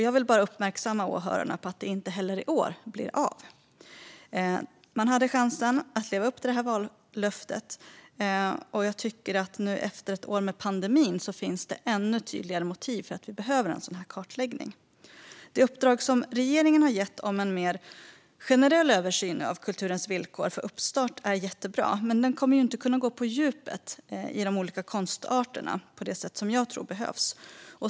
Jag vill bara uppmärksamma åhörarna på att det inte heller i år blir av. Man hade chansen att leva upp till vallöftet. Nu efter ett år med pandemin finns det ännu tydligare motiv för en sådan här kartläggning. Det uppdrag regeringen har gett om en mer generell översyn av kulturens villkor för uppstart är jättebra, men den kommer inte att kunna gå på djupet inom enskilda konstarter på det sätt som jag tror behövs.